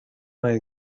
nel